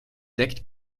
deckt